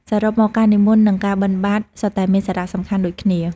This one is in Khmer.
សរុបមក ការនិមន្តនឹងការបិណ្ឌបាតសុទ្ធតែមានសារៈសំខាន់ដូចគ្នា។